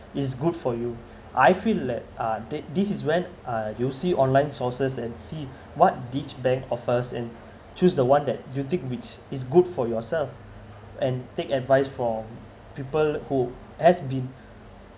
is good for you I feel like uh th~ this is when uh you see online sources and see what each bank offers and choose the one that you think which is good for yourself and take advice from people who has been